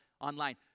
online